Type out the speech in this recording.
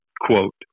Quote